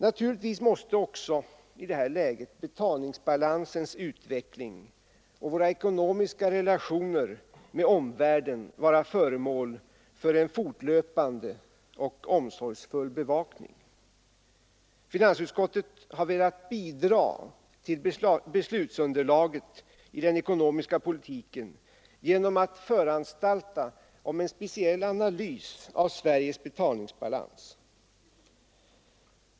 Naturligtvis måste också i det här läget betalningsbalansens utveckling och våra ekonomiska relationer med omvärlden vara föremål för en fortlöpande och omsorgsfull bevakning. Finansutskottet har velat bidra till beslutsunderlaget i den ekonomiska politiken genom att föranstalta om en speciell analys av Sveriges betalningsbalans.